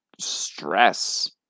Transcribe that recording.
stress